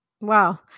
Wow